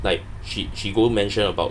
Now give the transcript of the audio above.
like she she go mentioned about